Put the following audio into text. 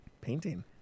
painting